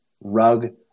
rug